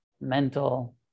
mental